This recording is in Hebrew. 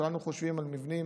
כולנו חושבים על מבנים